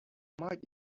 might